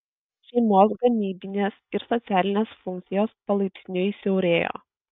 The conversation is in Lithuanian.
šeimos gamybinės ir socialinės funkcijos palaipsniui siaurėjo